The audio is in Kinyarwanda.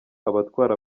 abatwara